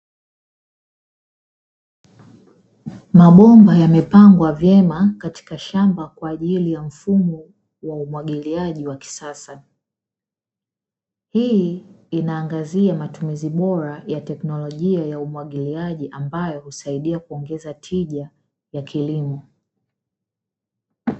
Mabomba yamepangwa vyema katika shamba, kwa ajili mfumo wa umwagiliaji wa kisasa, hii inaangazia matumizi bora ya teknolojia ya umwagiliaji, ambayo husaidia kuongeza tija ya kilimo.